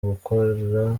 gukora